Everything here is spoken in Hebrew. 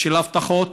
של הבטחות,